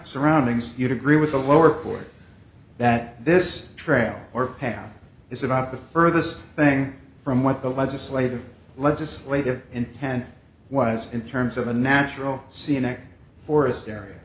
surroundings you'd agree with the lower court that this trail or path is about the furthest thing from what the legislative legislative intent was in terms of a natural c n n forest